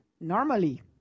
Normally